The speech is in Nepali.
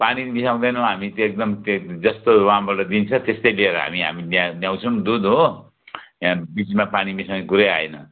पानी नि मिसाउँदैनौँ हामी त्यो एकदम त्यो जस्तो वहाँबाट दिन्छ त्यस्तै ल्याएर हामी हामी यहाँ ल्याउँछौँ दुध हो यहाँ बिचमा पानी मिसाउने कुरै आएन